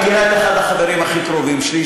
את מכירה את אחד החברים הכי קרובים שלי,